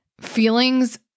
feelings